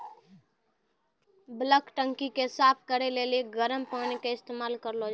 bulk टंकी के साफ करै लेली गरम पानी के इस्तेमाल करलो जाय छै